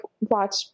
watch